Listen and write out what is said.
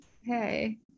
hey